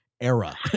era